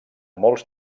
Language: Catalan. molts